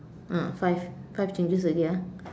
ah five five changes already ah